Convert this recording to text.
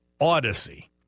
odyssey